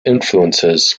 influences